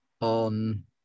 on